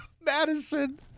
Madison